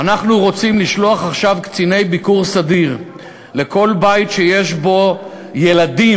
אנחנו רוצים לשלוח עכשיו קציני ביקור סדיר לכל בית שיש בו ילדים,